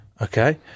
Okay